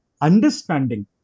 understanding